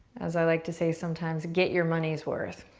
as i like to say sometimes, get your money's worth.